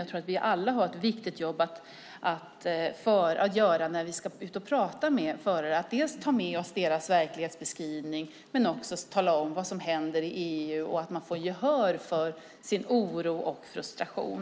Jag tror att vi alla har ett viktigt jobb att göra när vi ska ut och prata med förare: att dels ta med oss deras verklighetsbeskrivning, dels tala om vad som händer i EU och att de får gehör för sin oro och frustration.